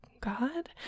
God